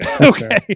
Okay